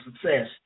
success